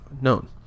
known